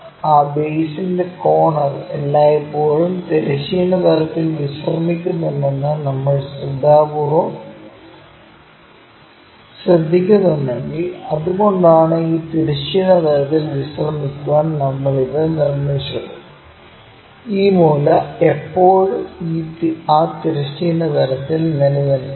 ആ ബേസ്ന്റെ കോർണർ എല്ലായ്പ്പോഴും തിരശ്ചീന തലത്തിൽ വിശ്രമിക്കുന്നുണ്ടെന്ന് നമ്മൾ ശ്രദ്ധാപൂർവ്വം ശ്രദ്ധിക്കുന്നുണ്ടെങ്കിൽ അതുകൊണ്ടാണ് ഈ തിരശ്ചീന തലത്തിൽ വിശ്രമിക്കാൻ നമ്മൾ ഇത് നിർമ്മിച്ചത് ഈ മൂല ഇപ്പോഴും ആ തിരശ്ചീന തലത്തിൽ നിലനിൽക്കുന്നു